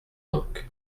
donc